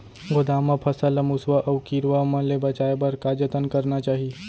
गोदाम मा फसल ला मुसवा अऊ कीरवा मन ले बचाये बर का जतन करना चाही?